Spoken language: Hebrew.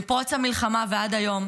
מפרוץ המלחמה ועד היום,